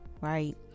right